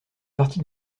partie